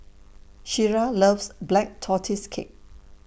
Shira loves Black Tortoise Cake